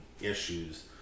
issues